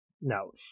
No